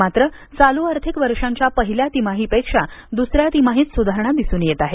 मात्र चालू आर्थिक वर्षांच्या पहिल्या तिमाहीपेक्षा द्सऱ्या तिमाहीत सुधारणा दिसून येत आहे